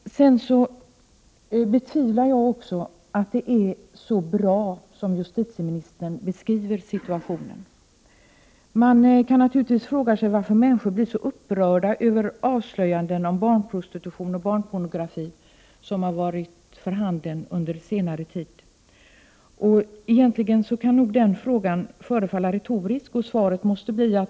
Men jag betvivlar | att situationen är så bra som justitieministern beskriver den. Man kan naturligtvis fråga sig varför människor blir så upprörda över | avslöjanden om barnprostitution och barnpornografi som gjorts under senare tid. Den frågan kan förefalla retorisk.